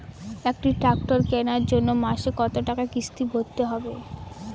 একটি ট্র্যাক্টর কেনার জন্য মাসে কত টাকা কিস্তি ভরতে হবে?